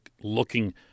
looking